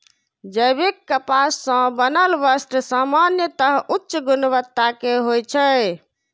जैविक कपास सं बनल वस्त्र सामान्यतः उच्च गुणवत्ता के होइ छै